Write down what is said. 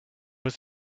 was